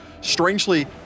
strangely